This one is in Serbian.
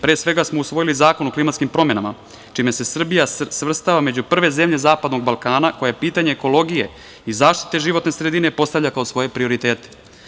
Pre svega smo usvojili Zakon o klimatskim promenama čime se Srbija svrstava među prve zemlje Zapadnog Balkana koje pitanje ekologije i zaštite životne sredine postavlja kao svoje prioritete.